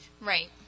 Right